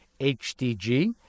HDG